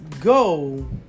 go